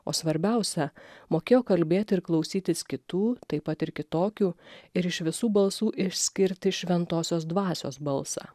o svarbiausia mokėjo kalbėti ir klausytis kitų taip pat ir kitokių ir iš visų balsų išskirti šventosios dvasios balsą